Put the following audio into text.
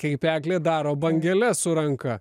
kaip eglė daro bangeles su ranka